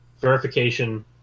verification